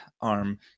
arm